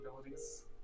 abilities